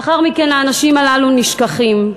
לאחר מכן האנשים הללו נשכחים.